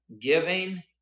giving